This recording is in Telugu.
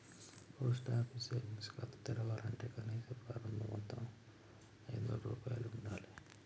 పోస్ట్ ఆఫీస్ సేవింగ్స్ ఖాతా తెరవాలంటే కనీస ప్రారంభ మొత్తం ఐదొందల రూపాయలు ఉండాలె